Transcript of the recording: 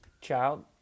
child